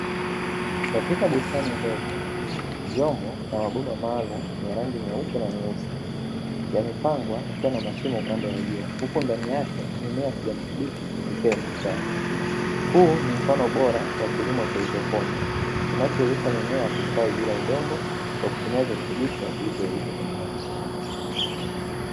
Katika bustani ndogo, vyombo vya huduma maalum ya rangi nyeupe na nyeusi yamepangwa ikiwa na mashimo kwa upande wa juu. Huko ndani yake mimea ya kijani kibichi ikiwa imestawi ,huu ni mfano bora wa kilimo cha hydroponi kinachouisha mimea kustawi bila udongo kwa kutumia virutubisho vilivyouishwa kwenye maji.